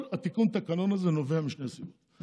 כל תיקון התקנון הזה נובע משתי סיבות: